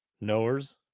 knowers